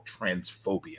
transphobia